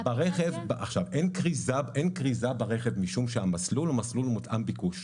אין כריזה ברכב משום שהמסלול הוא מסלול מותאם ביקוש.